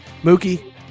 Mookie